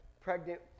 pregnant